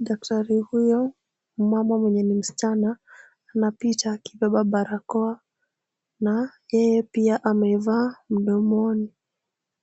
Daktari huyu mmama mwenye ni msichana anapita akibeba barakoa na yeye pia amevaa mdomoni.